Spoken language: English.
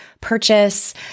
purchase